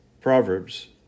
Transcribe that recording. Proverbs